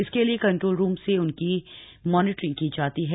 इसके लिए control room से उनकी है मॉनिटरिंग की जाती है